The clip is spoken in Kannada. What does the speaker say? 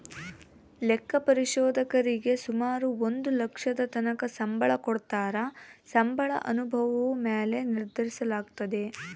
ಲೆಕ್ಕ ಪರಿಶೋಧಕರೀಗೆ ಸುಮಾರು ಒಂದು ಲಕ್ಷದತಕನ ಸಂಬಳ ಕೊಡತ್ತಾರ, ಸಂಬಳ ಅನುಭವುದ ಮ್ಯಾಲೆ ನಿರ್ಧರಿಸಲಾಗ್ತತೆ